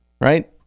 right